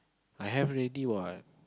I have already what